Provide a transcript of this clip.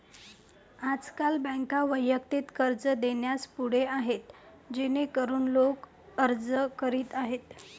आजकाल बँका वैयक्तिक कर्ज देण्यास पुढे आहेत जेणेकरून लोक अर्ज करीत आहेत